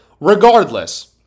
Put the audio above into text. Regardless